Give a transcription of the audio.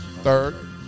Third